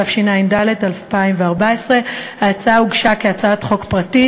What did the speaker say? התשע"ד 2014. ההצעה הוגשה כהצעת חוק פרטית